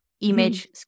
image